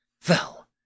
fell